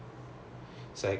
psychology